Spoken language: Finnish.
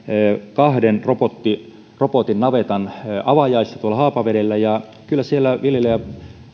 kahden robotin robotin navetan avajaisissa haapavedellä ja kyllä siellä viljelijät